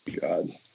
God